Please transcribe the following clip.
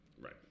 Right